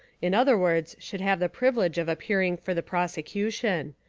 in other words, should have the privilege of appearing for the prose cution.